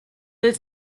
but